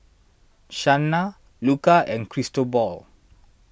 Shanna Luca and Cristobal